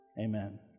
Amen